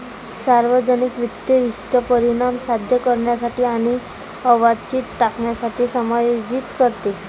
सार्वजनिक वित्त इष्ट परिणाम साध्य करण्यासाठी आणि अवांछित टाळण्यासाठी समायोजित करते